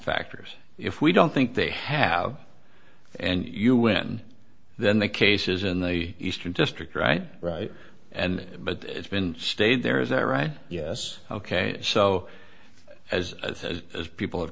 factors if we don't think they have and you win then the case is in the eastern district right right and but it's been stayed there is that right yes ok so as people have